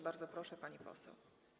Bardzo proszę, pani poseł.